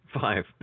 Five